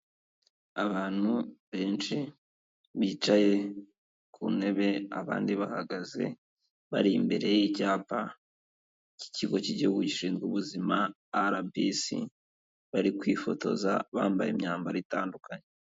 Abantu benshi bicaye ku ntebe, abandi bahagaze bari imbere y'icyapa cy'ikigo cy'igihugu gishinzwe ubuzima RBC, bari kwifotoza, bambaye imyambaro itandukanye.